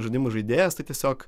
žaidimų žaidėjas tai tiesiog